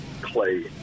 Clay